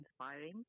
inspiring